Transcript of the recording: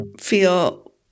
feel